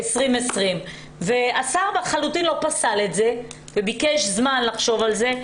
2020. השר לחלוטין לא פסל את זה וביקש זמן לחשוב על זה.